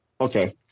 okay